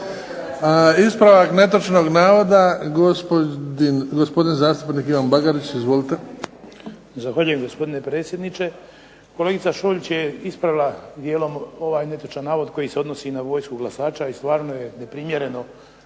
Ispravak netočnog navoda, gospodin zastupnik Ivan Bagarić. Izvolite. **Bagarić, Ivan (HDZ)** Zahvaljujem, gospodine predsjedniče. Kolegica Šolić je ispravila dijelom ovaj netočan navod koji se odnosi na vojsku glasača i stvarno je neprimjereno